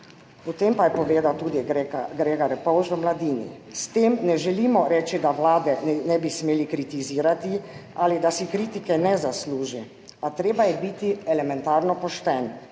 O tem pa je povedal tudi Grega Repovž v Mladini. S tem ne želimo reči, da Vlade ne bi smeli kritizirati ali da si kritike ne zasluži, a treba je biti elementarno pošten